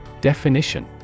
Definition